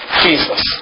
Jesus